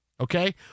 Okay